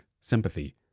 sympathy